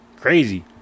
crazy